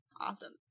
Awesome